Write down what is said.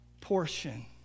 portion